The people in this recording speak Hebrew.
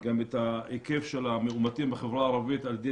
את ההיקף של המאומתים בחברה הערבית על ידי